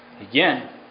again